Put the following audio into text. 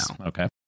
Okay